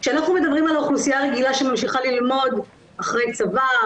כשאנחנו מדברים על האוכלוסייה הרגילה שממשיכה ללמוד אחרי צבא,